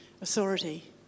Authority